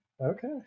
Okay